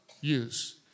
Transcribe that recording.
use